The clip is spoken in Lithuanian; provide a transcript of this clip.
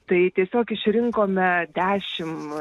tai tiesiog išrinkome dešim